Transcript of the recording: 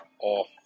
off